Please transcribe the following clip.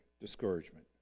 discouragement